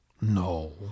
No